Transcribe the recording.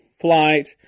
flight